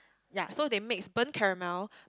ya so they mix burn caramel